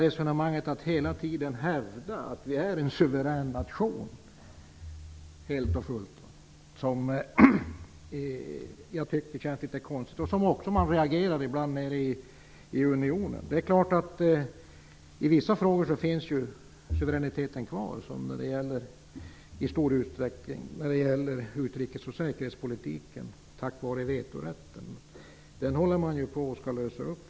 Resonemanget att hela tiden hävda att vi är en suverän nation helt och fullt tycker jag känns litet konstigt. Det reagerar man på också inom Europeiska unionen. Det är klart att suveräniteten finns kvar när det gäller vissa frågor, t.ex. i stor utsträckning utrikes och säkerhetspolitiken, tack vare vetorätten. Men den håller man för närvarande på att lösa upp.